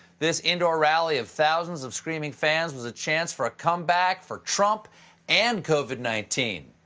this indoor rally of thousands of screaming fans was a chance for a comeback for trump and covid nineteen.